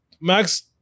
Max